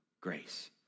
grace